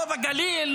לא בגליל?